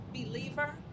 believer